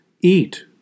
Eat